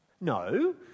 No